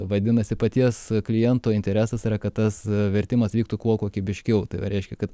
vadinasi paties kliento interesas yra kad tas vertimas vyktų kuo kokybiškiau tai jau reiškia kad